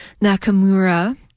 Nakamura